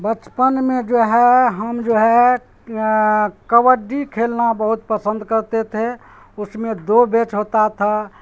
بچپن میں جو ہے ہم جو ہے کبڈی کھیلنا بہت پسند کرتے تھے اس میں دو بیچ ہوتا تھا